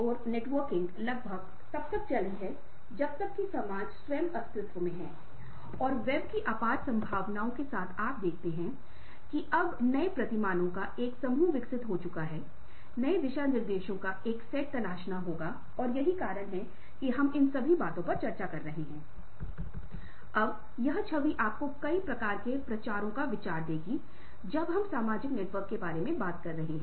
और वह नहीं कर सका क्षेत्र के बिक्री प्रबंधक की स्थिति में सेल्समैन की गतिविधि का समन्वय करना है पर वह संचार में अच्छा नहीं था उसमे समन्वय करने में सक्षम नहीं थी वह खुद ही एक विक्रेता के रूप मे सब कुछ करने की कोशिश कर रहा था वह दूसरों के बारे में परेशान नहीं था